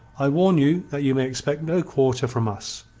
i warn you that you may expect no quarter from us,